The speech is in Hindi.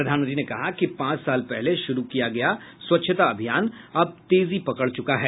प्रधानमंत्री ने कहा कि पांच साल पहले शुरू किया गया स्वच्छता अभियान अब तेजी पकड़ च्रका है